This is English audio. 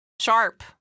Sharp